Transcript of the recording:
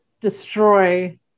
destroy